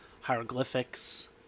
hieroglyphics